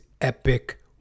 epic